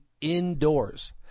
indoors